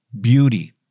beauty